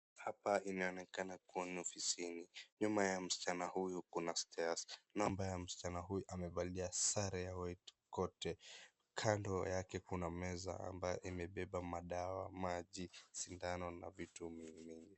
Hapa inaonekana kuwa ni ofisini. Nyuma ya msichana huyu kuna stairs ,namba ya msichana huyu. Amevalia sare ya white kote. Kando yake kuna meza ambayo imebeba madawa, maji sindano na vitu vingine.